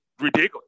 ridiculous